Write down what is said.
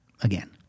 again